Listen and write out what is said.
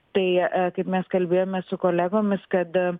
tai e kaip mes kalbėjomės su kolegomis kad